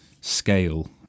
scale